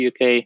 UK